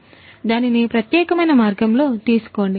కాబట్టి దానిని ప్రత్యేకమైన మార్గంలో తీసుకోండి